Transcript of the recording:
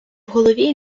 голові